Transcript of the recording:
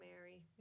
Mary